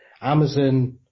Amazon